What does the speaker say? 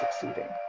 succeeding